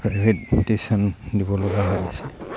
private tuition দিব লগা হৈ আছে